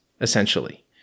essentially